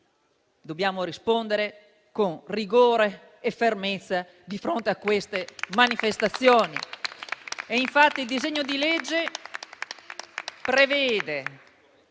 Dobbiamo rispondere con rigore e fermezza di fronte a queste manifestazioni. Il disegno di legge in esame